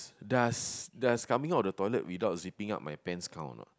does does coming out of the toilet without zipping up my pants count or not